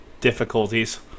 difficulties